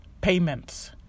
payments